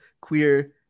queer